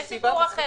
זה הסיפור.